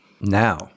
now